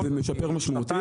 זה משפר משמעותית.